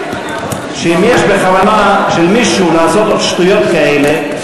שאם יש בכוונה של מישהו לעשות עוד שטויות כאלה,